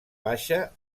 baixa